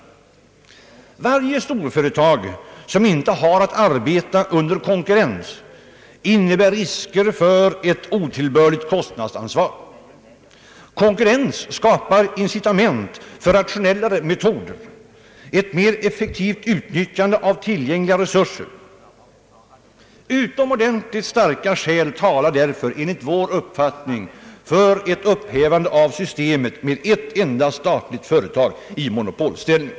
Varje storföretag som inte har att arbeta under konkurrens innebär risker för ett otillbörligt kostnadsansvar. Konkurrens skapar incitament för rationellare metoder, ett mer effektivt utnyttjande av tillgängliga resurser. Utomordentligt starka skäl talar därför enligt vår uppfattning för ett upphävande av systemet med ett enda statligt företag i monopolställning.